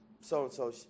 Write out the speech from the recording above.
so-and-so